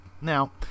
Now